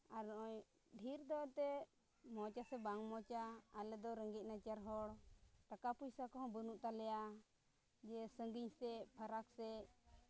ᱟᱨ ᱱᱚᱜᱼᱚᱭ ᱰᱷᱮᱨ ᱫᱚ ᱮᱱᱛᱮᱫ ᱢᱚᱡᱽ ᱟᱥᱮ ᱵᱟᱝ ᱢᱚᱡᱽ ᱟ ᱟᱞᱮ ᱫᱚ ᱨᱮᱸᱜᱮᱡ ᱱᱟᱪᱟᱨ ᱦᱚᱲ ᱴᱟᱠᱟ ᱯᱚᱭᱥᱟ ᱠᱚᱦᱚᱸ ᱵᱟᱹᱱᱩᱜ ᱛᱟᱞᱮᱭᱟ ᱡᱮ ᱥᱟᱺᱜᱤᱧ ᱥᱮᱫ ᱯᱷᱟᱨᱟᱠ ᱥᱮᱫ